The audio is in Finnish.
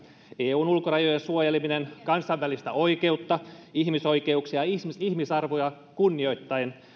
eun ulkorajojen suojeleminen kansainvälistä oikeutta ihmisoikeuksia ja ihmisarvoa kunnioittaen